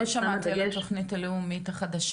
לא שמעתי על התכנית הלאומית החדשה.